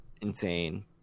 insane